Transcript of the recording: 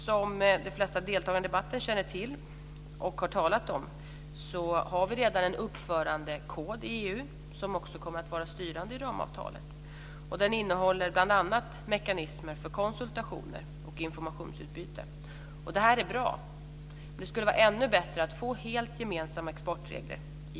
Som de flesta deltagare i debatten känner till och har talat om så har vi redan en uppförandekod i EU som också kommer att vara styrande i ramavtalet. Den innehåller bl.a. mekanismer för konsultationer och informationsutbyte. Detta är bra, men det skulle vara ännu bättre att få helt gemensamma exportregler i